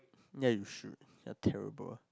ya you should you're terrible